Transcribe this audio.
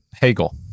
hegel